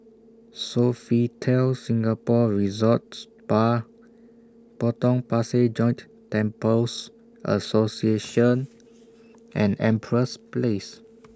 Sofitel Singapore Resorts Spa Potong Pasir Joint Temples Association and Empress Place